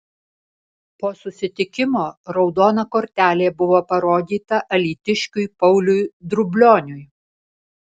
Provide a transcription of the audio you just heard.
po susitikimo raudona kortelė buvo parodyta alytiškiui pauliui drublioniui